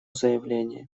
заявление